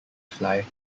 fly